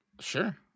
sure